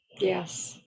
yes